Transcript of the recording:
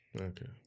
Okay